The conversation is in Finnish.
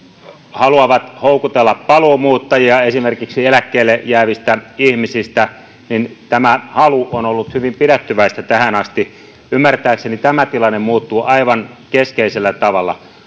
haluavat houkutella paluumuuttajia esimerkiksi eläkkeelle jäävistä ihmisistä niin tämä halu on ollut hyvin pidättyväistä tähän asti ymmärtääkseni tämä tilanne muuttuu aivan keskeisellä tavalla